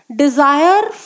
desire